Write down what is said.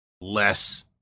less